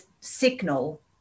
signal